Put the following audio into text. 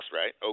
right